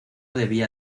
debía